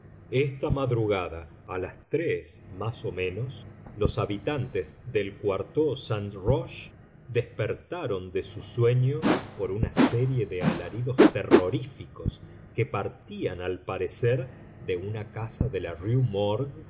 esta madrugada a las tres más o menos los habitantes del quartier saint roch despertaron de su sueño por una serie de alaridos terroríficos que partían al parecer de una casa de la rue